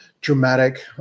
Dramatic